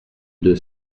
deux